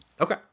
Okay